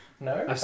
No